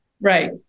Right